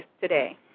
today